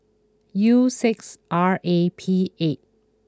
U six R A P eight